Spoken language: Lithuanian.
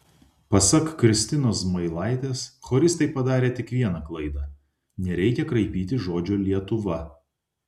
pasak kristinos zmailaitės choristai padarė tik vieną klaidą nereikia kraipyti žodžio lietuva